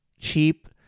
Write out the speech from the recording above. cheap